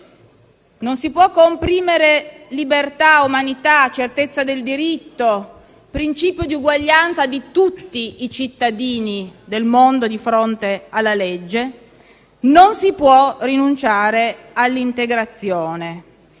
Non si possono comprimere libertà, umanità, certezza del diritto, il principio di uguaglianza di tutti i cittadini del mondo di fronte alla legge. Non si può rinunciare all'integrazione.